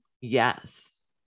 Yes